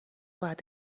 باید